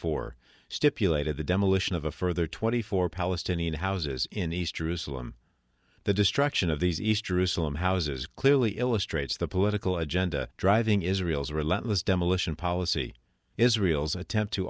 four stipulated the demolition of a further twenty four palestinian houses in east jerusalem the destruction of these east jerusalem houses clearly illustrates the political agenda driving israel's relentless demolition policy israel's attempt to